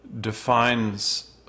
defines